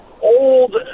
old